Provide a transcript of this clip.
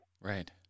Right